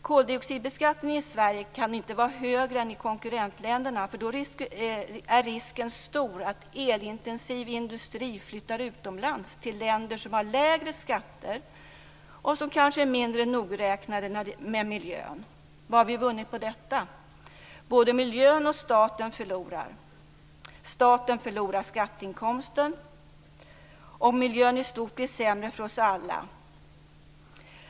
Koldioxidbeskattningen i Sverige kan inte vara högre än i konkurrentländerna, för då är risken stor att elintensiv industri flyttar utomlands - till länder som har lägre skatter och som kanske är mindre nogräknade med miljön. Vad har vi vunnit på detta? Både miljön och staten förlorar. Staten förlorar skatteinkomsten och miljön i stort blir sämre för oss alla.